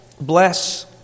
bless